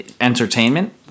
entertainment